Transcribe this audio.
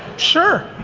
sure!